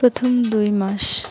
প্রথম দুই মাস